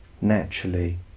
naturally